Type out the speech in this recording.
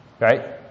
Right